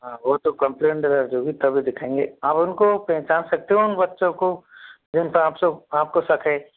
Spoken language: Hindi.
हाँ वो तो कंप्लेंट दर्ज होगी तभी दिखाएंगे आप उनको पहचान सकते हो बच्चों को जिन पर आपको शक है